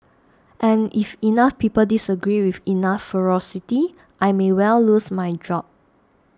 and if enough people disagree with enough ferocity I may well lose my job